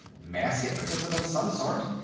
mass hypnotism of some sort.